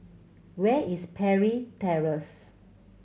where is Parry Terrace